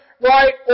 right